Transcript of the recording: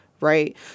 right